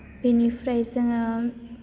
बिनिफ्राय जोङो